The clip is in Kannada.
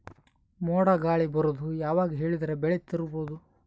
ಮೋಡ ಗಾಳಿ ಬರೋದು ಯಾವಾಗ ಹೇಳಿದರ ಬೆಳೆ ತುರಬಹುದು?